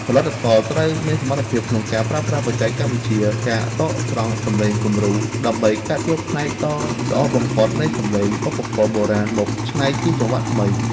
ផលិតករត្រូវមានសមត្ថភាពក្នុងការប្រើប្រាស់បច្ចេកវិទ្យា ការដកស្រង់សំឡេងគំរូ ដើម្បីកាត់យកផ្នែកដ៏ល្អបំផុតនៃសំឡេងឧបករណ៍បុរាណមកច្នៃជាចង្វាក់ថ្មី។